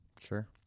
Sure